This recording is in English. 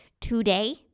today